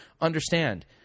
Understand